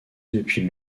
depuis